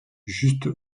juste